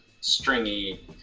stringy